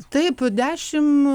taip dešim